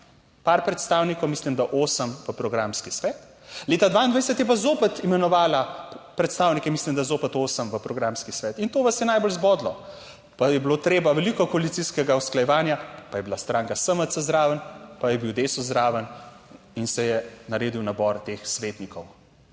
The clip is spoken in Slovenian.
par predstavnikov, mislim da, 2008 v programski svet, leta 2022 je pa zopet imenovala predstavnike, mislim, da zopet 2008 v programski svet in to vas je najbolj zbodlo. Pa je bilo treba veliko koalicijskega usklajevanja, pa je bila stranka SMC zraven, pa je bil DeSUS zraven in se je naredil nabor teh svetnikov.